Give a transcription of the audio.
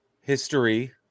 History